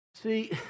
See